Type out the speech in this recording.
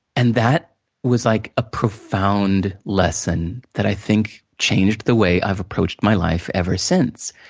and, that was like a profound lesson that i think changed the way i've approached my life ever since.